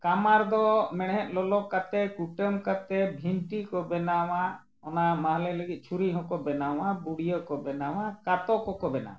ᱠᱟᱢᱟᱨ ᱫᱚ ᱢᱮᱬᱦᱮᱫ ᱞᱚᱞᱚ ᱠᱟᱛᱮᱫ ᱠᱩᱴᱟᱹᱢ ᱠᱟᱛᱮᱫ ᱵᱷᱤᱱᱴᱤ ᱠᱚ ᱵᱮᱱᱟᱣᱟ ᱚᱱᱟ ᱢᱟᱦᱞᱮ ᱞᱟᱹᱜᱤᱫ ᱪᱷᱩᱨᱤ ᱦᱚᱸᱠᱚ ᱵᱮᱱᱟᱣᱟ ᱵᱩᱰᱭᱟᱹ ᱠᱚ ᱵᱮᱱᱟᱣᱟ ᱠᱟᱛᱳ ᱠᱚᱠᱚ ᱵᱮᱱᱟᱣᱟ